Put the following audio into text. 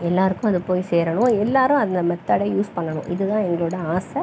எல்லோருக்கும் அது போய் சேரணும் எல்லோரும் அந்த மெத்தேடை யூஸ் பண்ணணும் இது தான் எங்களோடய ஆசை